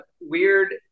Weird